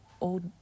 old